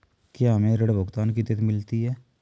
क्या हमें ऋण भुगतान की तिथि मिलती है?